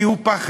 כי הוא פחדן.